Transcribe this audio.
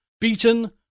beaten